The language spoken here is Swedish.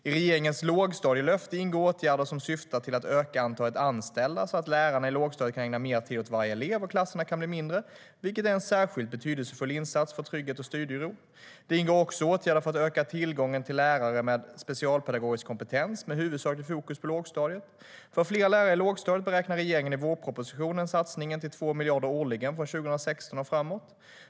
I regeringens lågstadielöfte ingår åtgärder som syftar till att öka antalet anställda så att lärare i lågstadiet kan ägna mer tid åt varje elev och klasserna kan bli mindre, vilket är en särskilt betydelsefull insats för trygghet och studiero. Det ingår också åtgärder för att öka tillgången till lärare med specialpedagogisk kompetens med huvudsakligt fokus på lågstadiet. För fler lärare i lågstadiet beräknar regeringen i vårpropositionen satsningen till 2 miljarder kronor årligen från 2016 och framåt.